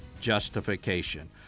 justification